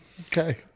Okay